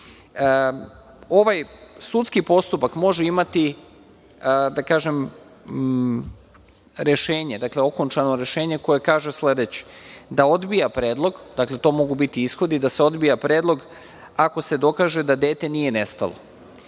sudski postupak može imati, da kažem, rešenje, okončano rešenje koje kaže sledeće. Dakle, da odbija predlog. Dakle, to mogu biti ishodi, da se odbija predlog ako se dokaže da dete nije nestalo.